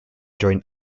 joined